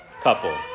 couple